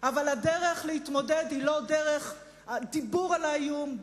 אבל הדרך להתמודד היא לא דרך דיבור על האיום,